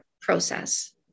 process